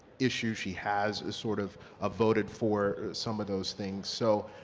issue. she has sort of ah voted for some of those things. so